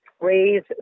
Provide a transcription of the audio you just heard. raise